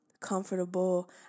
comfortable